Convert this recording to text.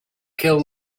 kill